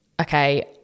okay